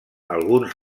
alguns